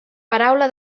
paraula